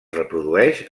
reprodueix